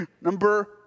Number